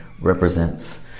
represents